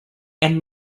and